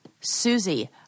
Susie